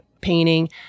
painting